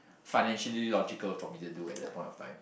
financially logical job me to do at that point of time